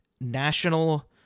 National